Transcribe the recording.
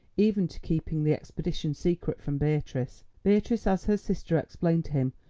even to keeping the expedition secret from beatrice. beatrice, as her sister explained to him,